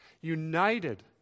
united